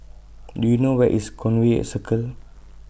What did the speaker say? Do YOU know Where IS Conway Circle